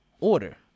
order